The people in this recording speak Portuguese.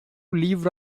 livro